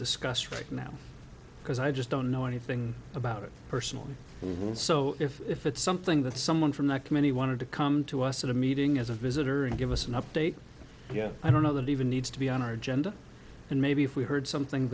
discuss right now because i just don't know anything about it personally and will so if it's something that someone from that committee wanted to come to us at a meeting as a visitor and give us an update i don't know that even needs to be on our gender and maybe if we heard something